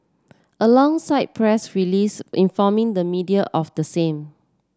alongside press release informing the media of the same